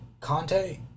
Conte